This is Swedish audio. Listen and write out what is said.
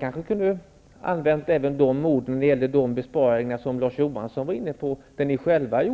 Kanske kunde man ha använt de orden om de besparingar som Larz Johansson var inne på i fråga